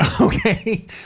Okay